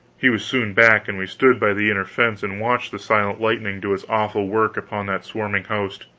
he was soon back, and we stood by the inner fence and watched the silent lightning do its awful work upon that swarming host.